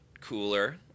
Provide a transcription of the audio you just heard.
cooler